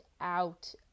out